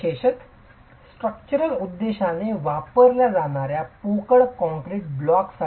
विशेषत स्ट्रक्चरल उद्देशाने वापरल्या जाणार्या पोकळ कॉंक्रिट ब्लॉकसाठी